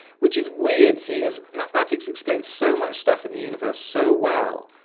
which is weird seeing as mathematics explains so much stuff in the universe so well.